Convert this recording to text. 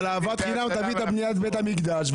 אבל אהבת חינם תמיד על בניית בית המקדש,